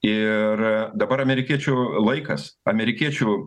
ir dabar amerikiečių laikas amerikiečių